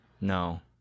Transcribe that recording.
No